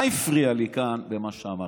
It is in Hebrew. מה הפריע לי כאן במה שאמרת?